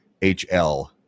HL